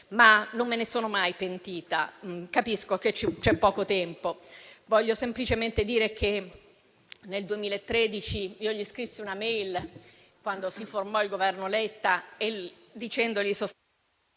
Ma non me ne sono mai pentita. Capisco che c'è poco tempo. Voglio semplicemente dire che nel 2013 gli scrissi una *mail*, quando si formò il Governo Letta, dicendogli... *(Il